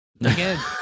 Again